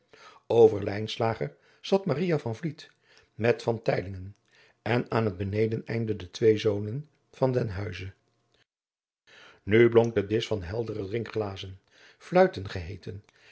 vliet met van teylingen en aan het benedeneinde de twee zonen van den huize nu blonk de disch van heldere drinkglazen fluiten geheeten